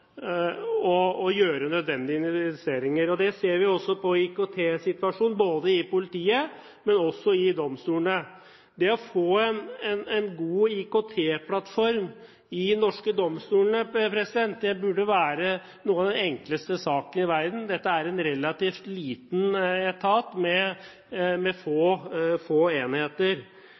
gjøre nødvendige investeringer. Det ser vi også på IKT-situasjonen, ikke bare i politiet, men også i domstolene. Det å få en god IKT-plattform i de norske domstolene burde være den enkleste sak av verden. Dette er en relativt liten etat med få enheter. Det gjør at vi f.eks. på en måte ikke kan få